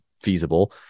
feasible